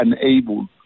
unable